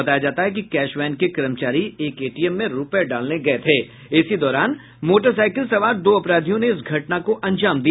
बताया जाता है कि कैश वैन के कर्मचारी एक एटीएम में रूपये डालने गये थे इसी दौरान मोटरसाइकिल सवार दो अपराधियों ने इस घटना को अंजाम दिया